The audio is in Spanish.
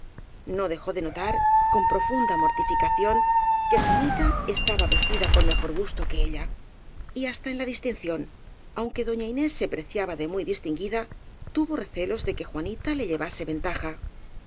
no dejó de notar con profunda mortificación que juanita estaba vestida con mejor gusto que ella y hasta en la distinción aunque doña inés se preciaba de muy distinguida tuvo recelos de que juanita le llevase ventaja